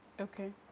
okay